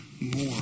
more